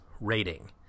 rating